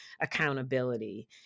accountability